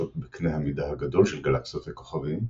בקנה המידה הגדול של גלקסיות וכוכבים,